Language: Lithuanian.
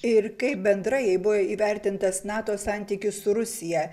ir kaip bendrai buvo įvertintas nato santykis su rusija